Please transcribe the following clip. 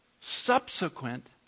subsequent